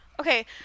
Okay